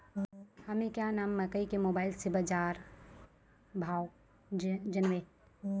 हमें क्या नाम मकई के मोबाइल से बाजार भाव जनवे?